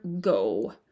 go